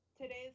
today's